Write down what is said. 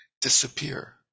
disappear